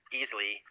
easily